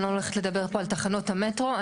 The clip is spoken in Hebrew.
אני לא הולכת לדבר פה על תחנות המטרו,